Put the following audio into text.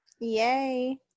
Yay